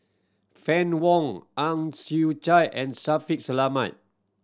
Fann Wong Ang Chwee Chai and Shaffiq Selamat